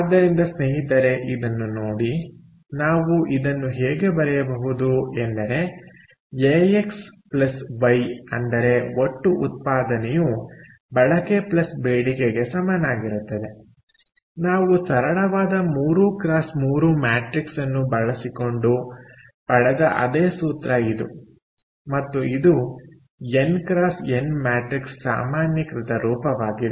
ಆದ್ದರಿಂದ ಸ್ನೇಹಿತರೆ ಇದನ್ನು ನೋಡಿ ನಾವು ಇದನ್ನು ಹೇಗೆ ಬರೆಯಬಹುದು ಎಂದರೆ AXY ಅಂದರೆ ಒಟ್ಟು ಉತ್ಪಾದನೆಯು ಬಳಕೆ ಪ್ಲಸ್ ಬೇಡಿಕೆಗೆ ಸಮನಾಗಿರುತ್ತದೆ ನಾವು ಸರಳವಾದ 3 x 3 ಮ್ಯಾಟ್ರಿಕ್ಸ್ ಅನ್ನು ಬಳಸಿಕೊಂಡು ಪಡೆದ ಅದೇ ಸೂತ್ರ ಇದು ಮತ್ತು ಇದು n x n ಮ್ಯಾಟ್ರಿಕ್ಸ್ನ ಸಾಮಾನ್ಯೀಕೃತ ರೂಪವಾಗಿದೆ